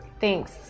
Thanks